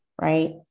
right